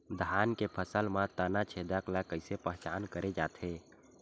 धान के फसल म तना छेदक ल कइसे पहचान करे जाथे?